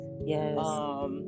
Yes